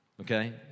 okay